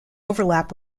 overlap